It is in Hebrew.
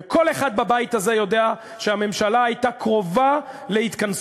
וכל אחד בבית הזה יודע שהממשלה הייתה קרובה להתכנסות,